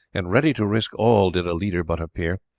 and ready to risk all did a leader but appear.